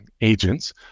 agents